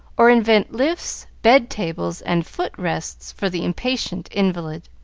or invent lifts, bed-tables, and foot-rests for the impatient invalid.